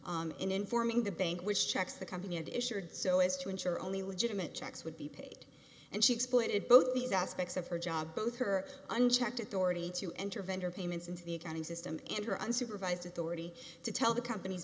in informing the bank which checks the company and issued so as to ensure only legitimate checks would be paid and she explained it both these aspects of her job both her unchecked authority to enter vendor payments into the accounting system and her unsupervised authority to tell the company's